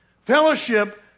Fellowship